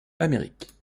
amériques